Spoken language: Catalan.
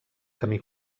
camí